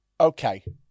okay